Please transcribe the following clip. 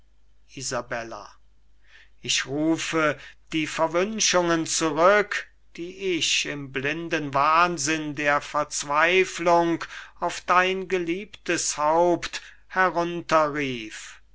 ich rufe die verwünschungen zurück die ich im blinden wahnsinn der verzweiflung auf dein geliebtes haupt